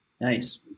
Nice